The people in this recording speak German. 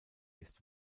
ist